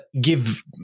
give